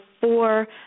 four